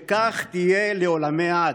וכך תהיה לעולמי עד.